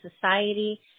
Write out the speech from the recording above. society